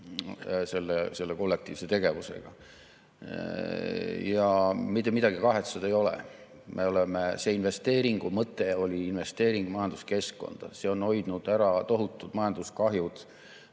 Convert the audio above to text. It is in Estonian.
selle kollektiivse tegevusega hiljem. Ja mitte midagi kahetseda ei ole. Selle investeeringu mõte oli investeerida majanduskeskkonda. See on hoidnud ära tohutud majanduskahjud